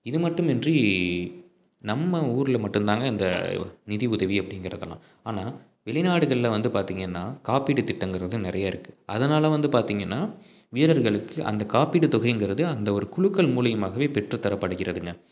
இது மட்டுமின்றி நம்ம ஊரில் மட்டும்தாங்க இந்த நிதி உதவி அப்படிங்கிறதெல்லாம் ஆனால் வெளிநாடுகளில் வந்து பார்த்திங்கன்னா காப்பீடு திட்டங்கிறது நிறைய இருக்கு அதனால் வந்து பார்த்திங்கன்னா வீரர்களுக்கு அந்த காப்பீடு தொகைங்கிறது அந்த ஒரு குழுக்கள் மூலியமாகவே பெற்றுத் தரப்படுகிறதுங்க